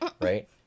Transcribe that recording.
right